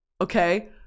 Okay